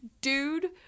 dude